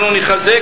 אנחנו נחזק,